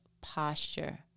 posture